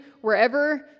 wherever